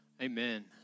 Amen